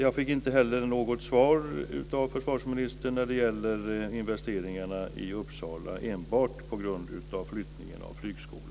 Jag fick inte heller något svar av försvarsministern när det gäller investeringarna i Uppsala enbart på grund av flyttningen av flygskolan.